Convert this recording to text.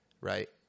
right